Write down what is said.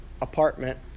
apartment